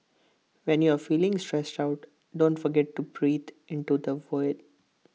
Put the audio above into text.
when you are feeling stressed out don't forget to breathe into the void